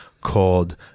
called